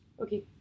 Okay